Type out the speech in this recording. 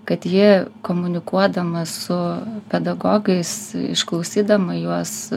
kad ji komunikuodamas su pedagogais išklausydama juos